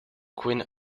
qin